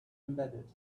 embedded